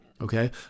Okay